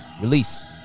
Release